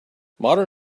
modern